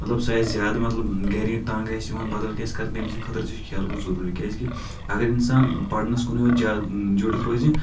مطلب سُہ آسہِ زیادٕ مطلب گرِے تنٛگ آسہِ یِوان بدل کینٛہہ آسہِ تٔمۍ سٕنٛدِ خٲطرٕ تہِ چھُ کھیل کوٗد ضروٗری کیازکہِ اگر انسان پرنس کُنُے یوت زیادٕ جُرِتھ روزِ